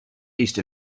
east